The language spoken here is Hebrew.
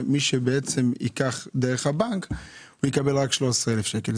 אך מי שיפקיד דרך הבנק יקבל רק 13,000 שקל.